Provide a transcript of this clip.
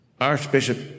Archbishop